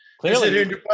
clearly